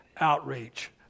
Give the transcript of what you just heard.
outreach